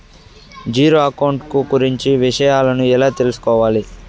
Zero account కు గురించి విషయాలను ఎలా తెలుసుకోవాలి?